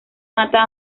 mata